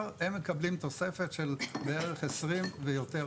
הם מקבלים תוספת של בערך 20% ואך יותר.